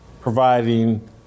providing